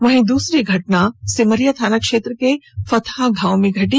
वहीं दूसरी घटना सिमरिया थाना क्षेत्र के फतहा गांव में घटी